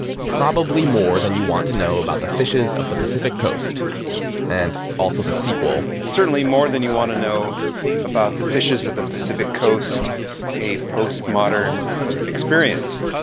probably more than you want to know about the fishes of the pacific coast and also the sequel certainly more than you want to know about the fishes of the pacific coast a postmodern experience,